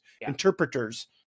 interpreters